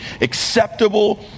acceptable